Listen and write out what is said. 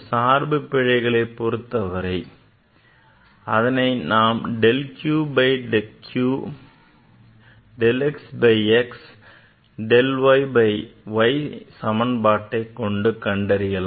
சார்பு பிழைகளை பொருத்தவரை அதனை நாம் del q by q del x by x del y by y சமன்பாட்டை கொண்டு கண்டறியலாம்